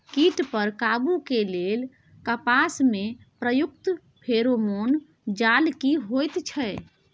कीट पर काबू के लेल कपास में प्रयुक्त फेरोमोन जाल की होयत छै?